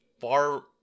far